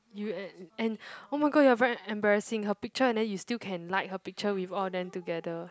you and and oh my god you are very embarrassing her picture and then you still can like her picture with all of them together